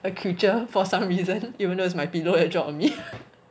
a creature for some reason even though it's my pillow it dropped on me